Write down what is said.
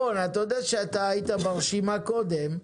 רון, אתה יודע שאתה היית ברשימה קודם,